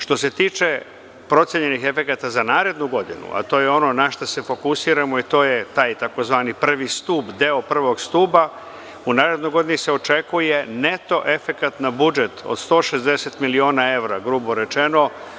Što se tiče procenjenih efekata za narednu godinu, to je ono na šta se fokusiramo to je taj takozvani priv stub, deo prvog stuba, u narednoj godini se očekuje neto efekat na budžet od 160 miliona evra, grubo rečeno.